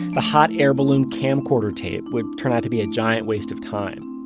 the hot air balloon camcorder tape would turn out to be a giant waste of time.